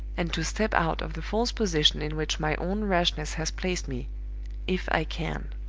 and to step out of the false position in which my own rashness has placed me if i can.